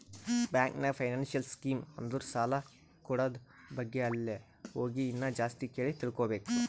bank ನಾಗ್ financial scheme ಅಂದುರ್ ಸಾಲ ಕೂಡದ್ ಬಗ್ಗೆ ಅಲ್ಲೇ ಹೋಗಿ ಇನ್ನಾ ಜಾಸ್ತಿ ಕೇಳಿ ತಿಳ್ಕೋಬೇಕು